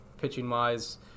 pitching-wise